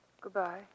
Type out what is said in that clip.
Goodbye